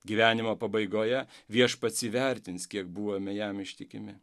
gyvenimo pabaigoje viešpats įvertins kiek buvome jam ištikimi